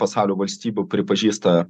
pasaulio valstybių pripažįsta